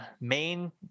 Main